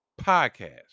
podcast